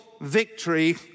victory